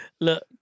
Look